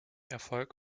erfolg